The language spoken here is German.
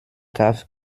kaff